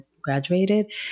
graduated